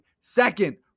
Second